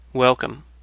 Welcome